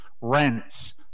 rents